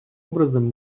образом